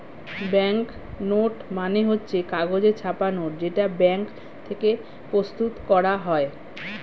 bank note মানে হচ্ছে কাগজে ছাপা নোট যেটা ব্যাঙ্ক থেকে প্রস্তুত করা হয়